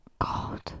God